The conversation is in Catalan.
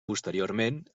posteriorment